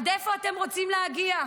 עד איפה אתם רוצים להגיע?